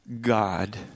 God